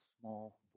small